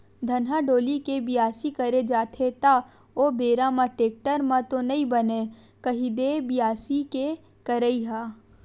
धनहा डोली के बियासी करे जाथे त ओ बेरा म टेक्टर म तो नइ बनय कही दे बियासी के करई ह?